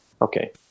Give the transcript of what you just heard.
Okay